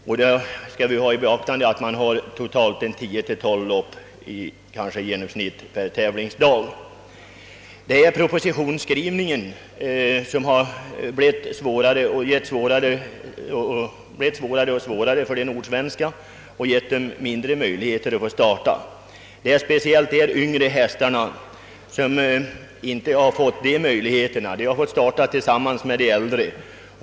Vi bör då ta i beaktande att man i genomsnitt har 10— 12 lopp per tävlingsdag. Det är propositionsskrivningen som undan för undan har medfört sämre möjligheter att starta för de nordsvenska hästarna. Speciellt gäller detta de yngre hästarna, som har fått starta tillsammans med äldre.